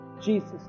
Jesus